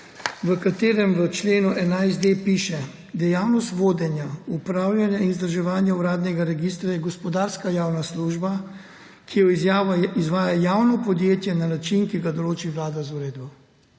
v katerem v členu 11.d piše: »Dejavnost vodenja, upravljanja in vzdrževanja Uradnega lista je gospodarska javna služba, ki jo izvaja javno podjetje na način, ki ga določi Vlada z uredbo.«